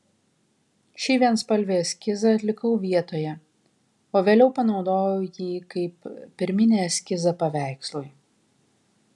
šį vienspalvį eskizą atlikau vietoje o vėliau panaudojau jį kaip pirminį eskizą paveikslui